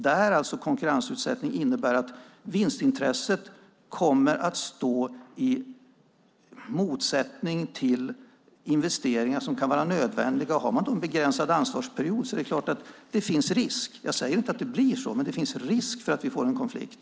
Där innebär konkurrensutsättning att vinstintresset kommer att stå i motsättning till investeringar som kan vara nödvändiga. Är det då en begränsad ansvarsperiod finns självklart risken - jag säger dock inte att det blir så - att vi får en konflikt mellan just säkerhet och konkurrens.